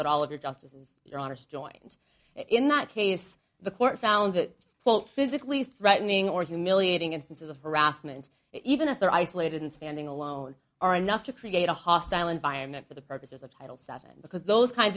that all of your justices are honest joined in that case the court found that quote physically threatening or humiliating instances of harassment even if they're isolated and standing alone are enough to create a hostile environment for the purposes of title seven because those kinds